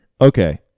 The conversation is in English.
okay